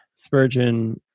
Spurgeon